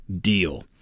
Deal